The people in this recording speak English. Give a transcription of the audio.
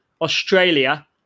Australia